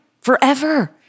forever